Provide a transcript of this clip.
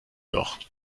doch